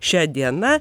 šia diena